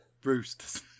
Bruce